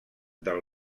del